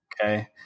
Okay